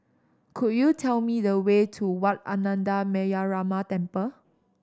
could you tell me the way to Wat Ananda Metyarama Temple